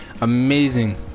Amazing